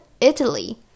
Italy